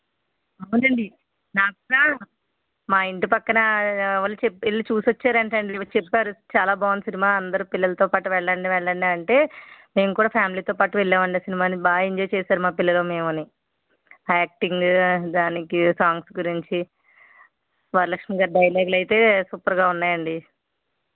అవునండి నాకు కూడా మా ఇంటి పక్కన వాళ్ళు చెప్పి వెళ్ళి చూసి వచ్చారంటండి వాళ్ళు చెప్పారు చాలా బాగుంది అంటే సినిమా అందరూ పిల్లలతో పాటు వెళ్ళండి వెళ్ళండి అంటే మేము కూడా ఫ్యామిలీతో పాటు వెళ్ళామండి సినిమాని బాగా ఎంజాయ్ చేసారు మా పిల్లలు మేముని యాక్టింగ్ దానికి సాంగ్స్ గురించి వరలక్ష్మి గారి డైలాగ్లైతే అయితే సుపర్గా ఉన్నాయండి